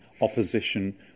opposition